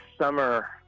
summer